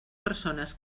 persones